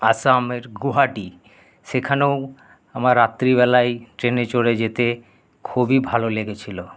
আসামের গুয়াহাটি সেখানেও আমার রাত্রি বেলাই ট্রেনে চড়ে যেতে খুবই ভালো লেগেছিল